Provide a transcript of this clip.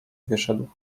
wyszedł